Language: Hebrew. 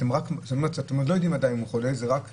אתם עוד לא יודעים עדיין אם הוא חולה, זה רק סימן.